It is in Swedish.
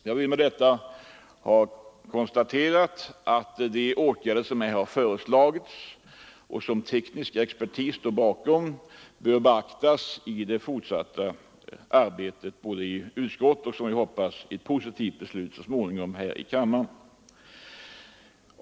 Jag vill med detta ha konstaterat att de åtgärder, som här har föreslagits och som teknisk expertis står bakom, bör beaktas i det fortsatta arbetet i utskottet och, som jag hoppas, så småningom leda till ett positivt beslut här i kammaren.